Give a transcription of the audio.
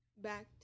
back